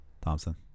Thompson